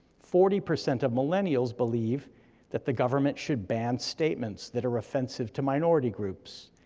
forty percent of millennials believe that the government should ban statements that are offensive to minority groups.